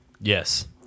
Yes